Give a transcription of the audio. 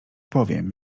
powiem